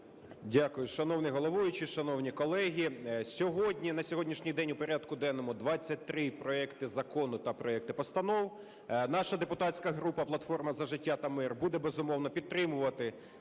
Дякую. Шановний головуючий, шановні колеги! Сьогодні, на сьогоднішній день у порядку денному 23 проекти законів та проекти постанов. Наша депутатська група "Платформа за життя та мир" буде, безумовно, підтримувати